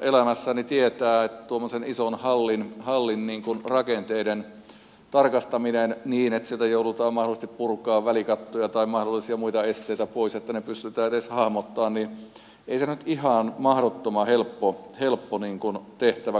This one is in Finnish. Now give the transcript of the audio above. elämässään tietää että tuommoisen ison hallin rakenteiden tarkastaminen niin että sieltä joudutaan mahdollisesti purkamaan välikattoja tai mahdollisia muita esteitä pois että ne pystytään edes hahmottamaan ei nyt ihan mahdottoman helppo tehtävä kumminkaan ole